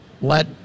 let